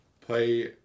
Play